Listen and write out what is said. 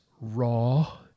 raw